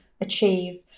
achieve